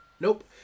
Nope